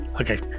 Okay